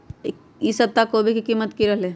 ई सप्ताह कोवी के कीमत की रहलै?